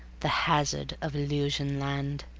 the hazard of illusion-land